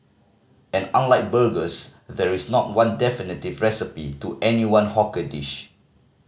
and unlike burgers there is not one definitive recipe to any one hawker dish